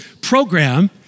program